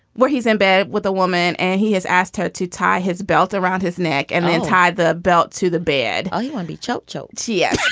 where he's in bed with a woman and he has asked her to tie his belt around his neck and then tie the belt to the bed. oh he won't be choked choked. yes. yeah